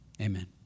Amen